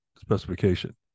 specification